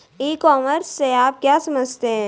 ई commerce से आप क्या समझते हैं?